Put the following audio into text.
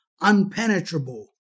unpenetrable